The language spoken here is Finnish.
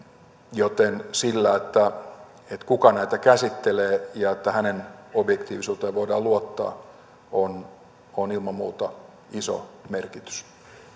joten sillä kuka näitä käsittelee ja sillä että hänen objektiivisuuteensa voidaan luottaa on ilman muuta iso merkitys